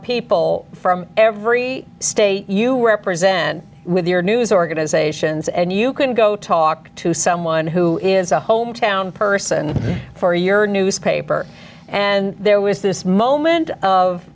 people from every state you represent with your news organizations and you can go talk to someone who is a hometown person for your newspaper and there was this moment of